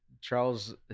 Charles